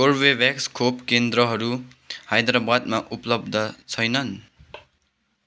Corbevax खोप केन्द्रहरू हैदराबादमा उपलब्ध छैनन्